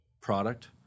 product